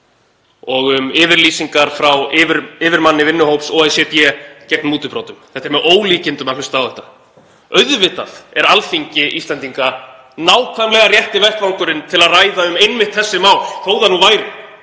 og um yfirlýsingar frá yfirmanni vinnuhóps OECD gegn mútubrotum. Það er með ólíkindum að hlusta á þetta. Auðvitað er Alþingi Íslendinga nákvæmlega rétti vettvangurinn til að ræða um einmitt þessi mál, þó það nú væri,